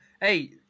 hey